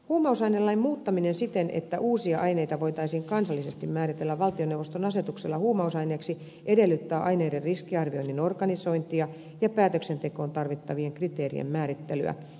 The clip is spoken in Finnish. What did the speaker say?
huumausainelain muuttaminen siten että uusia aineita voitaisiin kansallisesti määritellä valtioneuvoston asetuksella huumausaineiksi edellyttää aineiden riskiarvioinnin organisointia ja päätöksentekoon tarvittavien kriteerien määrittelyä